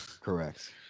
Correct